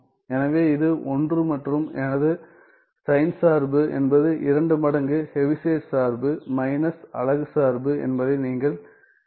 எனவே இது 1 மற்றும் எனது சைன் சார்பு என்பது 2 மடங்கு ஹெவிசைட் சார்பு மைனஸ் அலகு சார்பு என்பதை நீங்கள் சரிபார்க்கலாம்